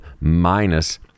minus